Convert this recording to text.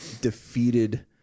defeated